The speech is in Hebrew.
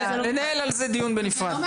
ננהל על זה דיון בנפרד,